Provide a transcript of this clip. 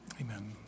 Amen